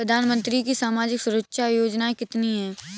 प्रधानमंत्री की सामाजिक सुरक्षा योजनाएँ कितनी हैं?